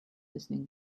listening